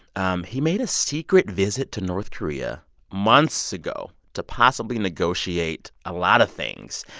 um he made a secret visit to north korea months ago to possibly negotiate a lot of things.